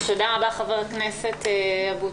תודה רבה, חבר הכנסת אבוטבול.